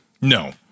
No